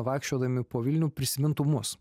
vaikščiodami po vilnių prisimintų mus